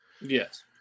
Yes